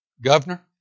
Governor